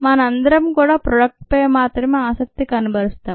మనందరం కూడా ప్రొడక్ట్ పై మాత్రమే ఆసక్తి కనబరుస్తాం